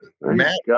Matt